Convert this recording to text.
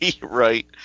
Right